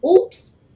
oops